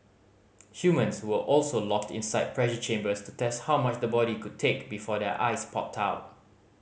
humans were also locked inside pressure chambers to test how much the body could take before their eyes popped out